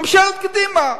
ממשלת קדימה.